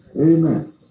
Amen